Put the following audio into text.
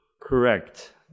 correct